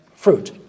Fruit